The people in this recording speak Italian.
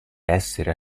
essere